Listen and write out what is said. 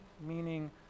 meaning